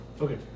okay